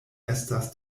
estas